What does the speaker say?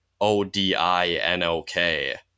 O-D-I-N-O-K